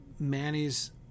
Manny's